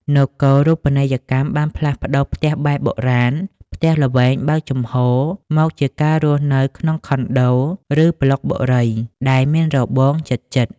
នគរូបនីយកម្មបានផ្លាស់ប្តូរផ្ទះបែបបុរាណ ផ្ទះល្វែងបើកចំហរ មកជាការរស់នៅក្នុង Condos ឬប្លុកបុរី ដែលមានរបងជិតៗ។